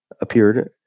appeared